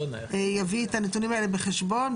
יביא את הנתונים האלה בחשבון,